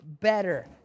better